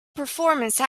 performance